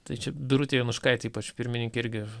tai čia birutei jonuškaitei ypač pirmininkė irgi